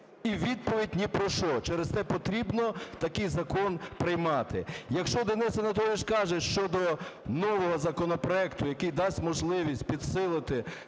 І відповідь ні про що. Через те потрібно такий закон приймати. Якщо Денис Анатолійович каже щодо нового законопроекту, який дасть можливість підсилити